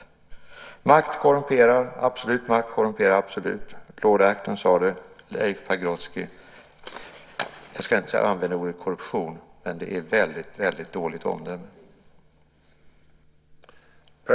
"Makt korrumperar, och absolut makt korrumperar absolut." Lord Acton sade det, och Leif Pagrotsky - jag ska inte använda ordet korruption, men det är väldigt dåligt omdöme.